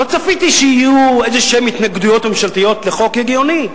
לא צפיתי שיהיו איזה התנגדויות ממשלתיות לחוק הגיוני.